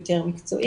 יותר מקצועי.